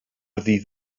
ddydd